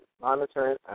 monitoring